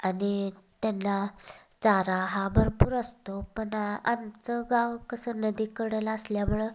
आणि त्यानला चारा हा भरपूर असतो पण आमचं गाव कसं नदीकडंला असल्यामुळं